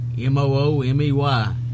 M-O-O-M-E-Y